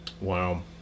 Wow